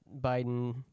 Biden